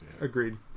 Agreed